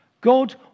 God